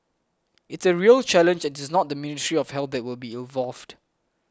it's a real challenge and it's not the Ministry of Health will be involved